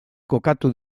kokatu